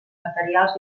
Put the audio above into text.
materials